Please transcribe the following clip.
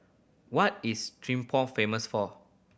what is Thimphu famous for